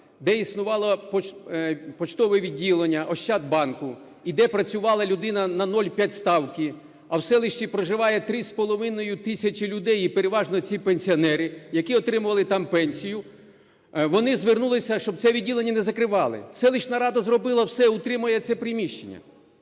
де існувало поштове відділення "Ощадбанку" і де працювала людина на 0,5 ставки, а в селищі проживає 3,5 тисячі людей і переважно всі пенсіонери, які отримували там пенсію, вони звернулися, щоб це відділення не закривали. Селищна рада зробила все, утримує це приміщення.